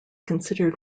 considered